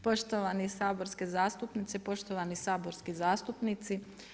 Poštovane saborske zastupnice, poštovani saborski zastupnici.